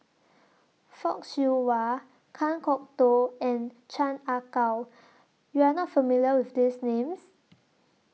Fock Siew Wah Kan Kwok Toh and Chan Ah Kow YOU Are not familiar with These Names